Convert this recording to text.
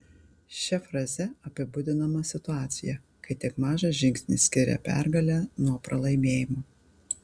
šia fraze apibūdinama situacija kai tik mažas žingsnis skiria pergalę nuo pralaimėjimo